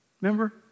Remember